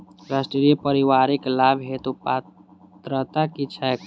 राष्ट्रीय परिवारिक लाभ हेतु पात्रता की छैक